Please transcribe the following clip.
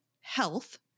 health